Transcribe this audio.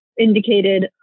indicated